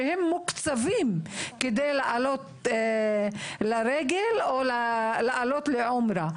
שהם מוקצבים כדי לעלות לרגל או לעלות לעומרה.